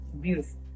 Beautiful